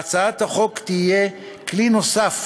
והצעת החוק תהיה כלי נוסף